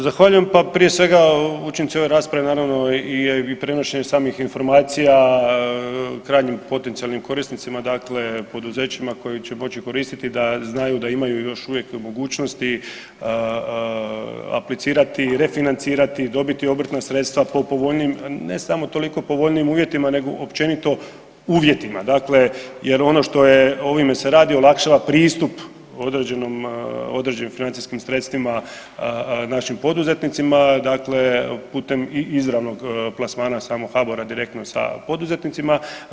Evo, zahvaljujem, pa prije svega učinci ove rasprave naravno i prenošenje samih informacija krajnjim potencijalnim korisnicima dakle poduzećima koji će moći koristiti da znaju da imaju još uvijek mogućnosti aplicirati, refinancirati, dobiti obrtna sredstva po povoljnijim, ne samo toliko povoljnijim uvjetima, nego općenito uvjetima, dakle jer ono što je ovime se radi olakšava pristup određenom, određenim financijskim sredstvima našim poduzetnicima dakle, putem izravnog plasmana samog HBOR-a direktno sa poduzetnicima.